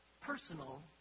personal